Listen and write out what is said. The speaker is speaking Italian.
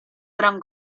gran